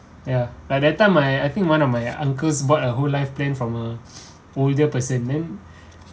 ya by that time I I think one of my uncles bought a whole life plan from a older person then